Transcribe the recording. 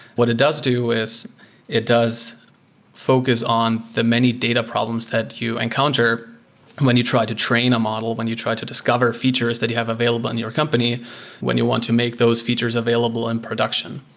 what it does do is it does focus on the many data problems that you encounter and when you try to train a model, when you try to discover features that you have available in your company when you want to make those features available in production.